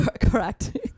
Correct